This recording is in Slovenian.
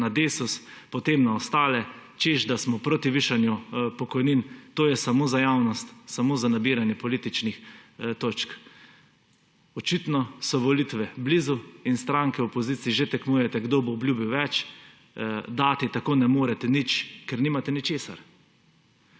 na Desus, potem na ostale, češ da smo proti višanju pokojnin; to je samo za javnost, samo za nabiranje političnih točk. Očitno so volitve blizu in stranke opozicije že tekmujete, kdo bo obljubil več, dati tako ne morete nič, ker nimate ničesar.